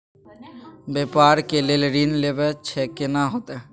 व्यापार के लेल ऋण लेबा छै केना होतै?